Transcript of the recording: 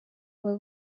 aba